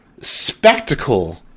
spectacle